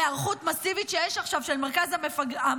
היערכות מסיבית שיש עכשיו של מרכז המבקרים